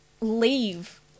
leave